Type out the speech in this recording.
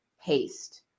haste